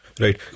Right